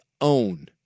own